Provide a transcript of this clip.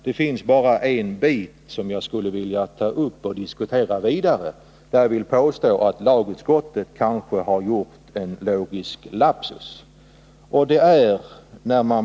Det är bara en bit som jag skulle vilja ta upp till vidare diskussion och där lagutskottet kanske har gjort en logisk lapsus.